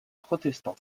protestants